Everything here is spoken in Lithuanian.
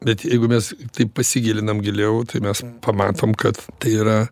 bet jeigu mes taip pasigilinam giliau tai mes pamatom kad tai yra